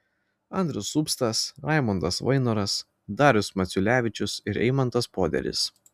andrius upstas raimundas vainoras darius maciulevičius ir eimantas poderis